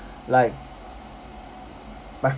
like m~